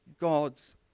God's